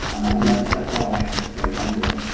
and that's that's all i have to say. thank you.